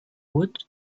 would